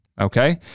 Okay